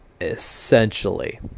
essentially